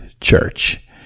church